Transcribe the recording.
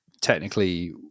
technically